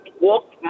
walk